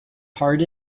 heart